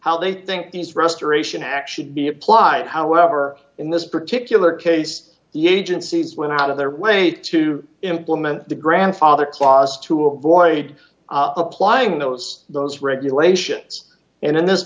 how they think these restoration actually be applied however in this particular case the agencies went out of their way to implement the grandfather clause to avoid applying those those regulations and in this